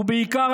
בעיקר,